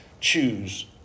choose